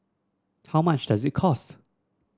how much does it cost